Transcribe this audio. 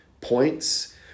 points